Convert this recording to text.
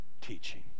teaching